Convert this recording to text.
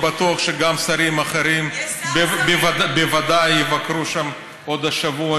אני בטוח שגם שרים אחרים בוודאי יבקרו שם עוד השבוע.